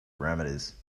parameters